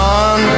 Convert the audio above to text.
on